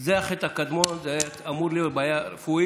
זה החטא הקדמון, זה היה אמור להיות בעיה רפואית.